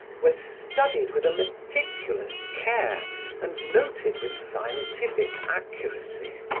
were studied with a meticulous care and noted with scientific accuracy.